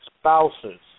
spouses